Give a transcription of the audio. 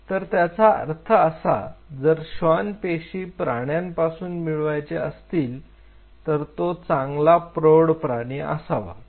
तर याचा अर्थ असा जर श्वान पेशी प्राण्यापासून मिळवायचे असतील तर तो चांगला प्रौढ प्राणी असावा